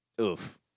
oof